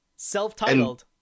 Self-titled